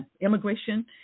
Immigration